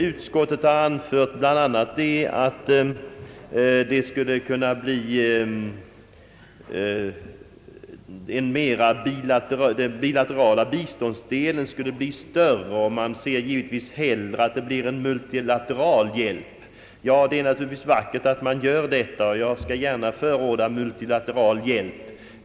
Utskottet anför bl.a. att andelen för det bilaterala biståndet på detta sätt skulle bli större och att man givetvis hellre ser att det blir en multilateral hjälp. Ja, detta är naturligtvis vackert, och även jag vill gärna förorda multilateral hjälp.